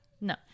No